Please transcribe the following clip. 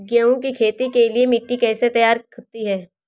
गेहूँ की खेती के लिए मिट्टी कैसे तैयार होती है?